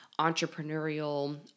entrepreneurial